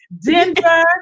Denver